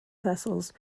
vessels